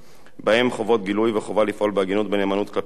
ובהן חובות גילוי והחובה לפעול בהגינות ובנאמנות כלפי הלקוחות.